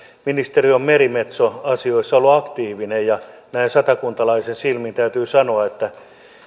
ministeri on merimetsoasioissa ollut aktiivinen näin satakuntalaisen silmin täytyy sanoa että